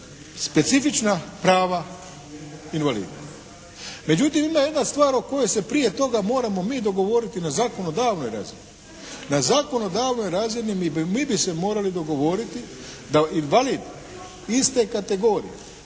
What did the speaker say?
specifična prava invalida. Međutim, ima jedna stvar o kojoj se prije toga moramo mi dogovoriti na zakonodavnoj razini, na zakonodavnoj razini mi bi se morali dogovoriti da invalid iste kategorije